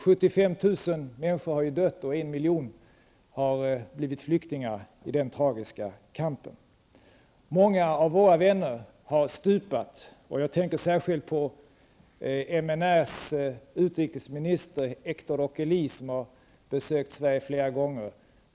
75 000 människor har ju dött, och en miljon har blivit flyktingar i den tragiska kampen. Många av våra vänner har stupat. Jag tänker särskilt på MNR:s ''utrikesminister'', Héctor Oquel , som har besökt Sverige flera gånger.